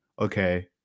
okay